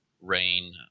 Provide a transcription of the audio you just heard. Rain